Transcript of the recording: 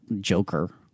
joker